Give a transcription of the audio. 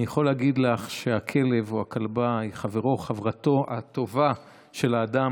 אני יכול להגיד לך שהכלב או הכלבה היא חברו או חברתו הטובה של האדם.